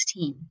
16